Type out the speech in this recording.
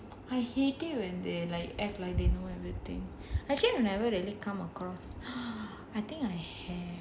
ya I hate it when they like act like they know everything actually I never really come across I think I have